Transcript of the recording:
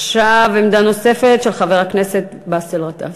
עכשיו עמדה נוספת, של חבר הכנסת באסל גטאס.